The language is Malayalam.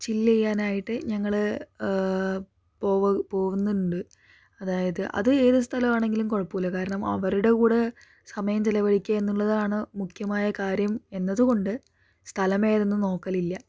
ചില്ല് ചെയ്യാനായിട്ട് ഞങ്ങള് പോവു പോകുന്നുണ്ട് അതായത് അത് ഏത് സ്ഥലമാണെങ്കിലും കുഴപ്പമില്ല കാരണം അവരുടെ കൂടെ സമയം ചിലവഴിക്കുക എന്നുള്ളതാണ് മുഖ്യമായ കാര്യം എന്നതുകൊണ്ട് സ്ഥലമേതെന്ന് നോക്കലില്ല